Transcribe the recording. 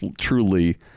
truly